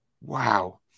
wow